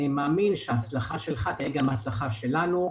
אני מאמין שהצלחתך תהיה גם הצלחתנו.